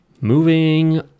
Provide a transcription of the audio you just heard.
moving